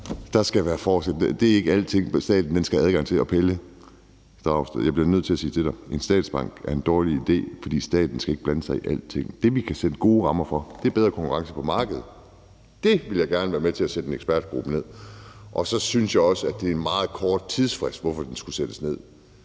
direkte adgang til. Det er ikke alting, staten skal have adgang til. Og Pelle Dragsted, jeg bliver nødt til at sige til dig, at en statsbank er en dårlig idé, for staten skal ikke blande sig i alting. Det, vi kan sætte gode rammer for, er bedre konkurrence på markedet. Det vil jeg gerne være med til at nedsætte en ekspertgruppe om. Så synes jeg også, at det er meget kort tidsfrist for, at den skal nedsættes.